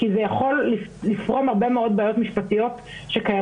כי זה יכול לפרום הרבה מאוד בעיות משפטיות שקיימות